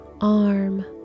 arm